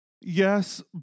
Yes